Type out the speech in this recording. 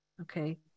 Okay